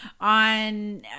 on